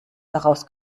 daraus